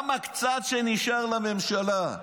גם הקצת שנשאר לממשלה.